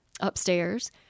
upstairs